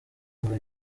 ngo